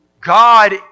God